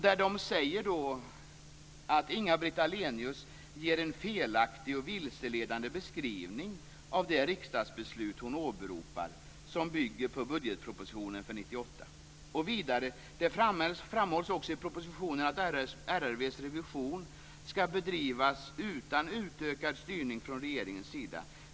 De säger att Inga-Britt Ahlenius ger en felaktig och vilseledande beskrivning av det riksdagsbeslut hon åberopar, som bygger på budgetpropositionen för 1998. Vidare framhålls det också i propositionen att RRV:s revision ska bedrivas utan utökad styrning från regeringens sida.